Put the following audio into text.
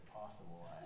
possible